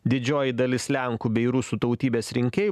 didžioji dalis lenkų bei rusų tautybės rinkėjai